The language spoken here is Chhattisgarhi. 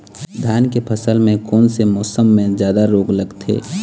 धान के फसल मे कोन से मौसम मे जादा रोग लगथे?